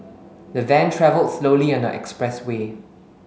the van travel slowly on the expressway